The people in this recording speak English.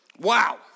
wow